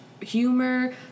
humor